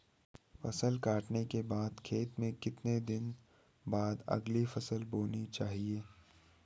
फसल काटने के बाद खेत में कितने दिन बाद अगली फसल बोनी चाहिये?